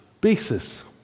basis